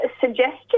suggestion